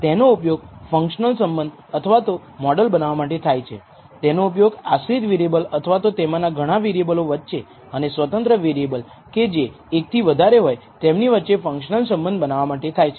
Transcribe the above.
તેનો ઉપયોગ ફંકશનલ સંબંધ અથવા તો મોડલ બનાવવા માટે થાય છે તેનો ઉપયોગ આશ્રિત વેરીએબલ અથવા તો તેમાંના ઘણા વેરીએબલો વચ્ચે અને સ્વતંત્ર વેરીએબલ કે જે એકથી વધારે હોય તેમની વચ્ચે ફંકશનલ સંબંધ બનાવવા માટે થાય છે